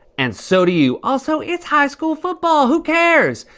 and so do you. also, it's high school football. who cares?